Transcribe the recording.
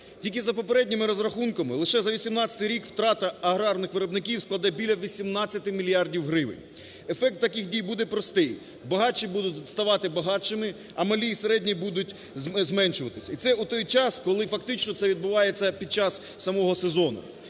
Тільки за попередніми розрахунками лише за 18-й рік втрата агарних виробників складе біля 18 мільярдів гривень. Ефект таких дій буде простий: багатші будуть ставати багатшими, а малі і середні будуть зменшуватися. І це у той час, коли фактично це відбувається під час самого сезону.